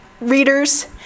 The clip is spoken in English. readers